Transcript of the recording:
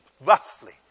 roughly